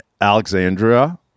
Alexandria